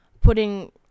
putting